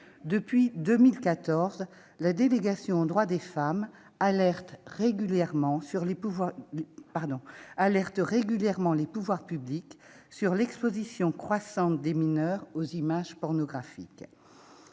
Depuis 2014, la délégation aux droits des femmes alerte régulièrement les pouvoirs publics sur l'exposition croissante des mineurs aux images pornographiques.